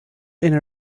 ina